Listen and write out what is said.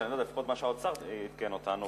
לפחות מה שהאוצר עדכן אותנו,